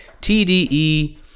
TDE